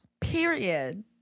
Period